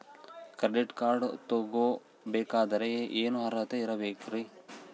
Credit card ತೊಗೋ ಬೇಕಾದರೆ ಏನು ಅರ್ಹತೆ ಇರಬೇಕ್ರಿ?